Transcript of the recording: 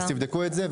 אז תבדקו את זה,